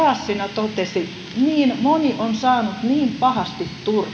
raassina totesi niin moni on saanut niin pahasti turpiin on tullut suunnilleen lynkatuksi